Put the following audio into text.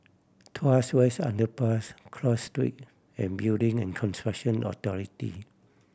Tuas West Underpass Cross Street and Building and Construction Authority